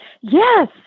Yes